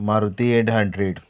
Maruti eight hundred